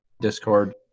Discord